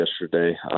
yesterday